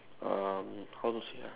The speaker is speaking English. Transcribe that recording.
um how to say ah